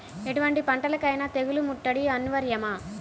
ఎటువంటి పంటలకైన తెగులు ముట్టడి అనివార్యమా?